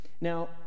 Now